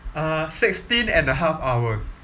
uh sixteen and a half hours